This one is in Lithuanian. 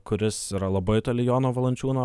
kuris yra labai toli jono valančiūno